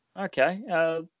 Okay